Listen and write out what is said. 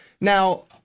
Now